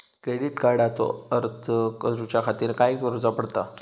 Credit कार्डचो अर्ज करुच्या खातीर काय करूचा पडता?